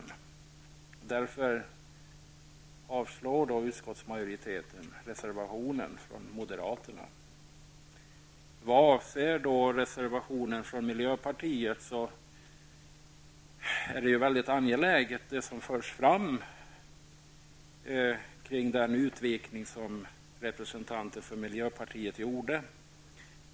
Utskottsmajoriteten avstyrker därför moderaternas reservation. Vidare har vi reservationen från miljöpartiet. Det som förs fram kring den utvikning som representanter från miljöpartiet har gjort är angeläget.